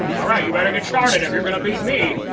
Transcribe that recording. alright, you better get started if you're going to beat me.